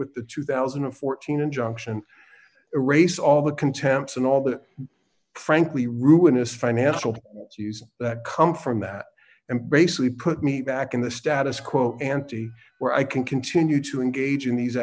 with the two thousand and fourteen injunction erase all the contempt and all that frankly ruinous financial use that come from that and basically put me back in the status quo ante where i can continue to engage in these